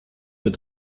mich